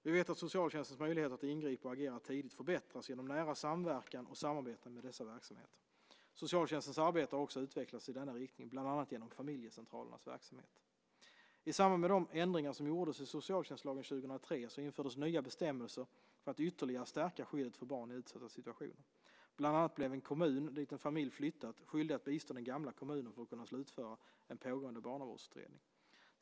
Vi vet att socialtjänstens möjligheter att ingripa och agera tidigt förbättras genom nära samverkan och samarbete med dessa verksamheter. Socialtjänstens arbete har också utvecklats i denna riktning, bland annat genom familjecentralernas verksamhet. I samband med de ändringar som gjordes i socialtjänstlagen 2003 infördes nya bestämmelser för att ytterligare stärka skyddet för barn i utsatta situationer. Bland annat blev en kommun, dit en familj flyttat, skyldig att bistå den gamla kommunen för att kunna slutföra en pågående barnavårdsutredning.